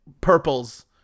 Purples